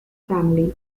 family